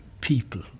people